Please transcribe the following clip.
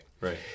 Right